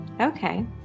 okay